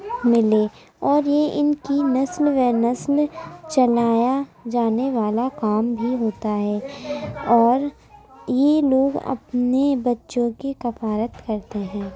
ملے اور یہ اِن کی نسل و نسل چلایا جانے والا کام بھی ہوتا ہے اور یہ لوگ اپنے بچوں کی کفالت کرتے ہیں